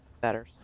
better